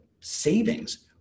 savings